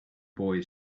boy